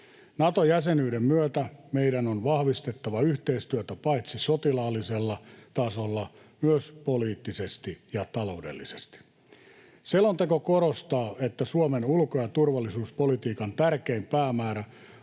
Nato-jäsenyyden myötä meidän on vahvistettava yhteistyötä paitsi sotilaallisella tasolla myös poliittisesti ja taloudellisesti. Selonteko korostaa, että Suomen ulko- ja turvallisuuspolitiikan tärkein päämäärä